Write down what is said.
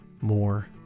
more